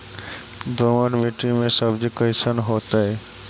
दोमट मट्टी में सब्जी कैसन होतै?